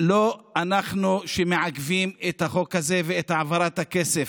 לא אנחנו שמעכבים את החוק הזה ואת העברת הכסף.